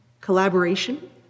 collaboration